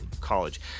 college